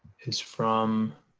is from